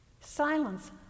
Silence